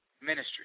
ministry